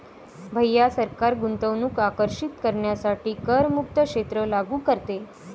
भैया सरकार गुंतवणूक आकर्षित करण्यासाठी करमुक्त क्षेत्र लागू करते